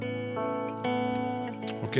Okay